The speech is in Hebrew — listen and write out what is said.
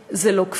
הוא לא כפייה.